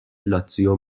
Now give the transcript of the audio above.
لاتزیو